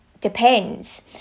Depends